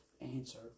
answer